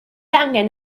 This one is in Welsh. angen